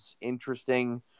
interesting